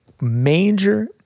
major